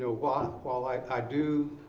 ah while while i i do